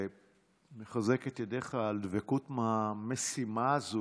אני מחזק את ידיך על הדבקות במשימה הזאת